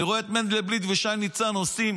אני רואה את מנדלבליט ושי ניצן עושים